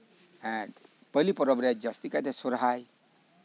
ᱮᱸᱜ ᱯᱟᱹᱞᱤ ᱯᱚᱨᱚᱵᱽ ᱨᱮ ᱡᱟᱹᱥᱛᱤ ᱠᱟᱭᱛᱮ ᱥᱚᱨᱦᱟᱭ